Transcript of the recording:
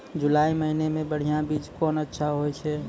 जुलाई महीने मे बढ़िया बीज कौन अच्छा होय छै?